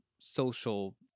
social